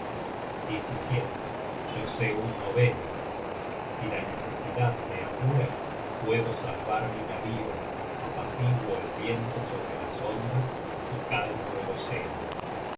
adelantada content from google book search generated at apura puedo salvar mi navío apaciguo el viento sobre las ondas y calmo el océano